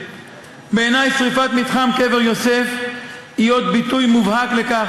בעיני שרפת מתחם קבר יוסף היא עוד ביטוי מובהק לכך